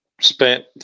spent